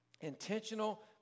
Intentional